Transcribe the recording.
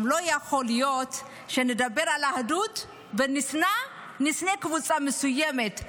גם לא יכול להיות שנדבר על אחדות ונשנא קבוצה מסוימת.